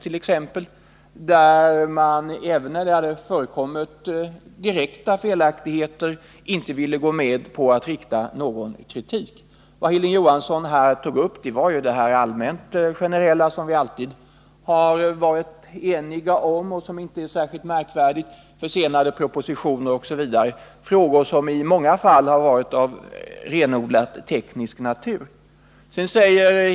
Inte ensi de fall där det hade förekommit direkta felaktigheter ville socialdemokraterna gå med på att rikta någon kritik mot den socialdemokratiska regeringen. Vad Hilding Johansson här tog upp var bara allmänna brister som vi alltid har varit eniga om och som inte är särskilt märkvärdiga — försenade propositioner osv. Det är frågor som i många fall har varit av renodlat teknisk natur.